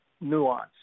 Nuance